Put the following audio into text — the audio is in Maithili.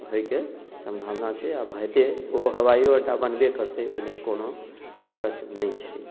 होयके सम्भावना छै आ हेतै ओ हवाईयो अड्डा बनबे करतै ओहि लऽ कओनो दिक्कत नहि छै